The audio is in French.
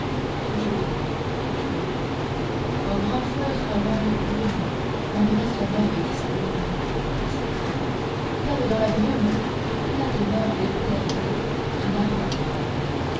toujours toujours un grand feutre à longue plume ombrait son oeil qui s'allume et s'éteint tel dans la brume éclate et meurt l'éclair bleu d'une arme à feu